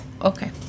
Okay